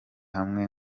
hamwe